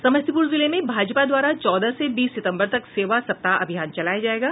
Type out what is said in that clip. समस्तीपुर जिले में भाजपा द्वारा चौदह से बीस सितम्बर तक सेवा सप्ताह अभियान चलाया जायेगा